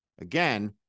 Again